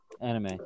Anime